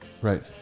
Right